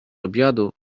obiadu